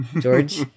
George